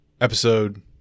episode